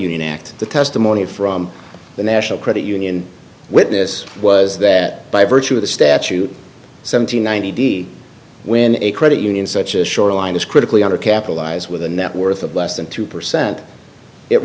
union act the testimony from the national credit union witness was that by virtue of the statute seven hundred ninety d when a credit union such as shoreline is critically under capitalized with a net worth of less than two percent it